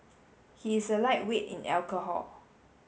he is a lightweight in alcohol